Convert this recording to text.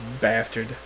Bastard